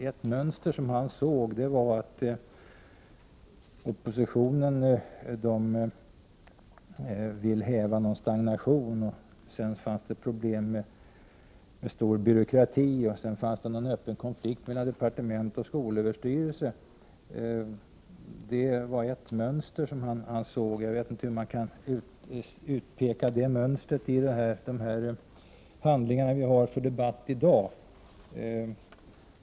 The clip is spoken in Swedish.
Ett mönster som Lars Leijonborg såg var att oppositionen vill häva en stagnation. Det fanns problem med byråkrati, och det fanns en öppen konflikt mellan departement och skolöverstyrelse. Det var ett mönster som Lars Leijonborg såg. Jag vet inte hur man kan utpeka detta mönster i de handlingar som vi har för debatt i dag.